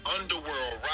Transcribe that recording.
Underworld